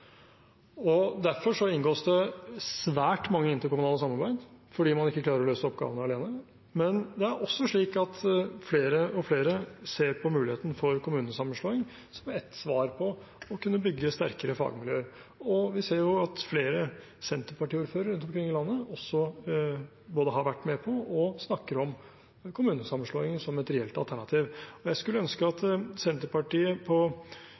inngås det svært mange interkommunale samarbeid fordi man ikke klarer å løse oppgavene alene. Det er også slik at flere og flere ser på muligheten for kommunesammenslåing som et svar på å kunne bygge sterkere fagmiljøer. Og vi ser at flere Senterparti-ordførere rundt om i landet også både har vært med på og snakker om kommunesammenslåing som et reelt alternativ. Jeg skulle ønske at Senterpartiet på